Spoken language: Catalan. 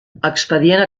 expedient